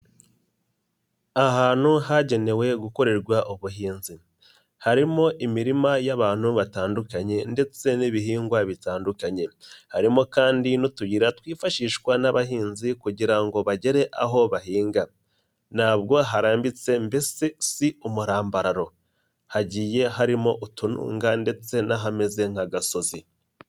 Ahantu hagenewe gukorerwa ubuhinzi harimo imirima y'abantu batandukanye ndetse n'ibihingwa bitandukanye, harimo kandi n'utuyira twifashishwa n'abahinzi kugira ngo bagere aho bahinga ntabwo harambitse mbese si umurambararo, hagiye harimo utununga ndetse n'ahameze nk'agasozi.